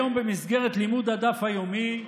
היום, במסגרת לימוד הדף היומי,